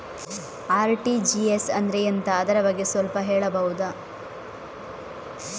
RTGS ಅಂದ್ರೆ ಎಂತ ಅದರ ಬಗ್ಗೆ ಸ್ವಲ್ಪ ಹೇಳಬಹುದ?